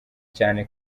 cyane